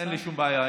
אין לי שום בעיה.